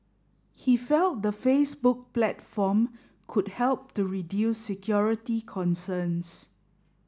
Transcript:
he felt the Facebook platform could help to reduce security concerns